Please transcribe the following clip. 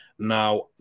Now